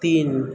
তিন